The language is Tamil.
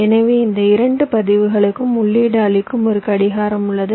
எனவே இந்த இரண்டு பதிவுகளுக்கும் உள்ளீடு அளிக்கும் ஒரு கடிகாரம் உள்ளது